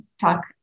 talk